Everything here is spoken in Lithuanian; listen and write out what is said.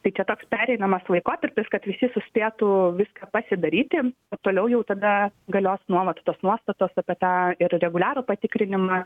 tai čia toks pereinamas laikotarpis kad visi suspėtų viską pasidaryti toliau jau tada galios nuolat tos nuostatos apie tą ir reguliarų patikrinimą